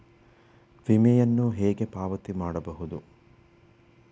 ವಿಮೆಯನ್ನು ಹೇಗೆ ಪಾವತಿ ಮಾಡಬಹುದು?